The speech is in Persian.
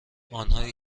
آنهایی